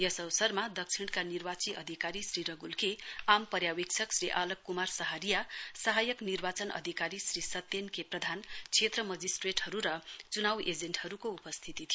यस अवसरमा दक्षिणका निर्वाची अधिकारी श्री रग्ल के आम पर्यावेक्षक श्री आलक कुमार सहारिया सहायक निर्वाचन अधिकारी श्री सत्येन के प्रधान क्षेत्र मजिस्ट्रेटहरू र चुनाउ एजेन्टहरूको उपस्थिती थियो